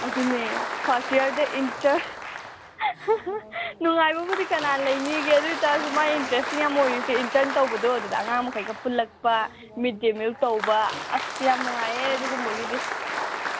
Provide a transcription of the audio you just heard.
ꯑꯗꯨꯅꯦ ꯐꯥꯔꯁ ꯌꯥꯔꯗ ꯏꯟꯇꯔꯟ ꯅꯨꯡꯉꯥꯏꯕꯕꯨꯗꯤ ꯀꯅꯥꯅ ꯂꯩꯅꯤꯒꯦ ꯑꯗꯨ ꯑꯣꯏꯇꯔꯁꯨ ꯃꯥꯏ ꯏꯟꯇꯔꯦꯁꯇꯤꯡ ꯌꯥꯝ ꯑꯣꯏꯔꯤꯁꯦ ꯏꯟꯇꯔꯟ ꯇꯧꯕꯗꯣ ꯑꯗꯨꯗ ꯑꯉꯥꯡ ꯃꯈꯩꯒ ꯄꯨꯜꯂꯛꯄ ꯃꯤꯠ ꯗꯦ ꯃꯤꯜ ꯇꯧꯕ ꯑꯁ ꯌꯥꯝ ꯅꯨꯡꯉꯥꯏꯑꯌꯦ ꯑꯗꯨꯒꯨꯝꯕꯒꯤꯗꯤ